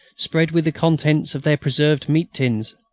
spread with the contents of their preserved meat tins.